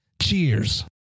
Cheers